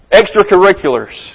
extracurriculars